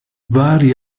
vari